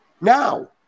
Now